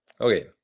Okay